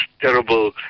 terrible